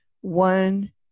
one